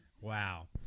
Wow